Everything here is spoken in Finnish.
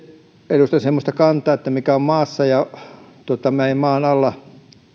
edustan semmoista kantaa että mikä on maassa ja meidän maan alla